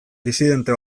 disidente